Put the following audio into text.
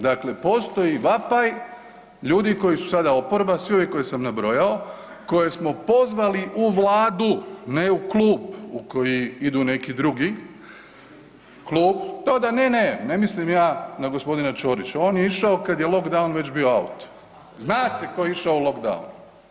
Dakle, postoji vapaj ljudi koji su sada oporba, svi ovi koje sam nabrojao, koje smo pozvali u vladu, ne u klub u koji idu neki drugi klub, to da, ne, ne, ne mislim ja na g. Ćorića, on je išao kad je lockdown već bio out, zna se ko je išao u lockdown.